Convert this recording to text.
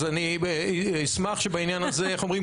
אז אני אשמח שבעניין הזה, איך אומרים?